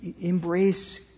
embrace